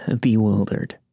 bewildered